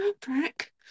fabric